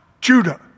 Judah